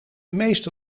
meeste